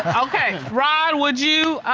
okay, ron, would you,